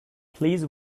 please